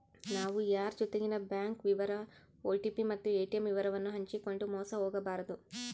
ನಾವು ಯಾರ್ ಜೊತಿಗೆನ ಬ್ಯಾಂಕ್ ವಿವರ ಓ.ಟಿ.ಪಿ ಮತ್ತು ಏ.ಟಿ.ಮ್ ವಿವರವನ್ನು ಹಂಚಿಕಂಡು ಮೋಸ ಹೋಗಬಾರದು